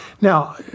Now